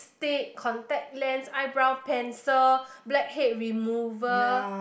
stick contact lens eyebrow pencil blackhead remover